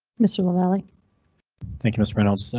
mr. lavalley thank you, ms reynolds, so